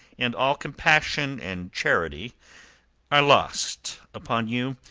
and all compassion and charity are lost upon you,